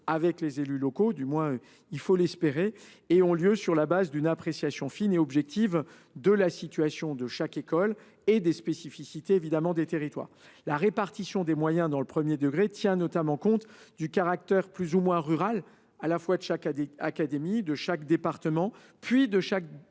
avec les élus locaux – du moins faut il l’espérer –, et qu’ils ont lieu sur la base d’une appréciation fine et objective de la situation de chaque école et des spécificités des territoires. La répartition des moyens dans le premier degré tient notamment compte du caractère plus ou moins rural, à la fois, de chaque académie, de chaque département, puis de chaque